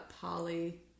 Polly